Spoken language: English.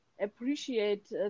appreciate